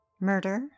Murder